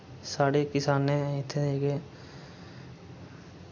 साढ़े किसानें इत्थै जेह्के